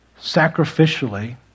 sacrificially